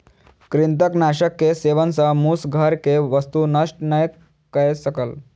कृंतकनाशक के सेवन सॅ मूस घर के वस्तु नष्ट नै कय सकल